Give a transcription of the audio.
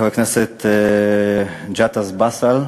חבר הכנסת ג'אטס באסל.